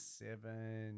seven